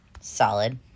Solid